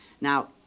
Now